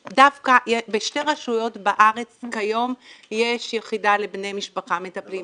בשתי רשויות בארץ כיום יש יחידה לבני משפחה מטפלים,